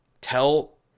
tell